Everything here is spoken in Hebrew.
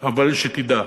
אבל שתדע.